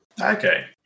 Okay